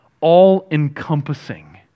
all-encompassing